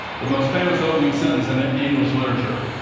the most famous opening sentence in ah english literature.